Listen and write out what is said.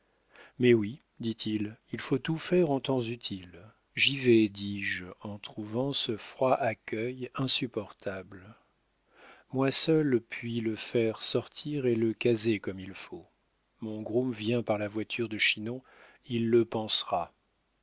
mais oui dit-il il faut tout faire en temps utile j'y vais dis-je en trouvant ce froid accueil insupportable moi seul puis le faire sortir et le caser comme il faut mon groom vient par la voiture de chinon il le pansera